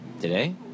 Today